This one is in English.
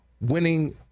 winning